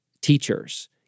teachers